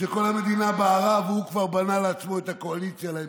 כשכל המדינה בערה והוא כבר בנה לעצמו את הקואליציה להמשך.